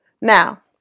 Now